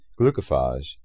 glucophage